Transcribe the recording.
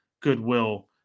goodwill